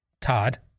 Todd